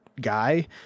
guy